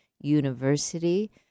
University